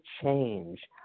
change